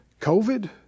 COVID